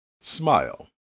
smile